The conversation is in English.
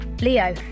Leo